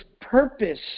purpose